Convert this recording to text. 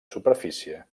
superfície